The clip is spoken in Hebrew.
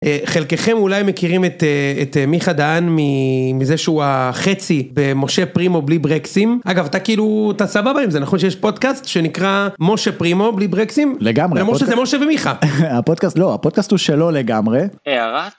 חלקכם אולי מכירים את מיכה דהן, מזה שהוא החצי במשה פרימו בלי ברקסים. אגב, אתה כאילו אתה סבבה עם זה, נכון? שיש פודקאסט שנקרא: משה פרימו בלי ברקסים. לגמרי, זה משה, זה משה ומיכה. הפודקאסט לא, הפודקאסט הוא שלו לגמרי.